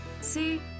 see